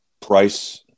price